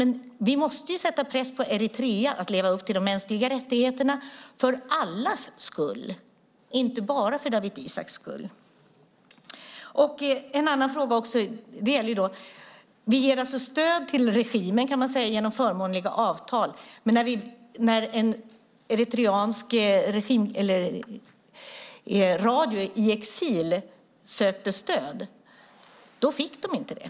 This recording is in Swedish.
Men vi måste sätta press på Eritrea att leva upp till de mänskliga rättigheterna för allas skull, inte bara för Dawit Isaaks skull. Jag ska ta upp en annan fråga. Vi ger alltså stöd till regimen, kan man säga, genom förmånliga avtal. Men när en eritreansk radiostation i exil sökte stöd fick man inte det.